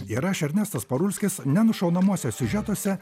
ir aš ernestas parulskis nenušaunamuose siužetuose